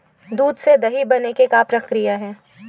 दूध से दही बने के का प्रक्रिया हे?